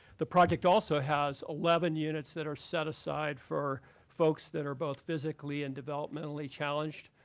the project also has eleven units that are set aside for folks that are both physically and developmentally challenged.